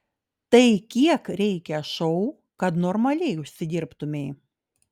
tai kiek reikia šou kad normaliai užsidirbtumei